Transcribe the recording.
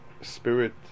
spirit